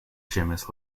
ĝemis